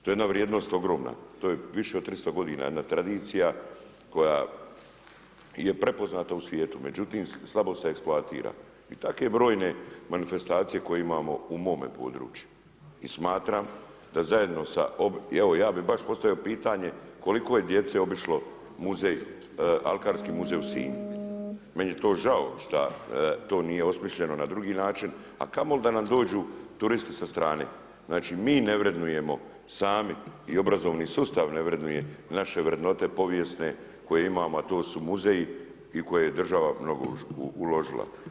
To je jedna vrijednost ogromna, to je više od 300 godina jedna tradicija koja je prepoznata u svijetu, međutim slabo se eksploatira i takve broje manifestacije koje imamo u mome području i smatram da zajedno sa, evo, ja bi baš postavio pitanje koliko je djece obišlo alkarski muzej u Sinju, meni je to žao šta to nije osmišljeno na drugi način, a kamoli da nam dođu turisti sa strane, znači mi ne vrednujemo sami i obrazovni sustav ne vrednuje naše vrednote povijesne koje imamo, a to su muzeji i u koje je država mnogo uložila.